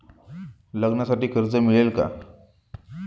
लग्नासाठी कर्ज मिळेल का?